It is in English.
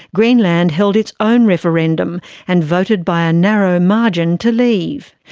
greenland held its own referendum and voted by a narrow margin to leave.